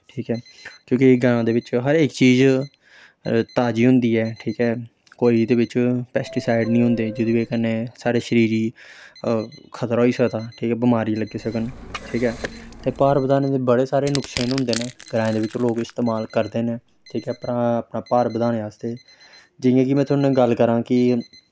ठीक ऐ क्योंकि ग्रांऽ दे बिच्च हर इक चीज ताजी होंदी ऐ ठीक ऐ कोई एह्दे बिच्च पैस्टिसाइड नी होंदे जेह्दी बज़ह् कन्नै साढ़े शरीर गी खतरा होई सकदा ठीक ऐ बमारी लग्गी सकन ठीक ऐ ते भार बधाने दे बड़े सारे नुक्से होंदे न ग्राएं दे बिच्च लोग इस्तमाल करदे न ठीक ऐ अपना अपना भार बधाने आस्तै जियां कि में थुआढ़े ने गल्ल करां कि